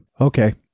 Okay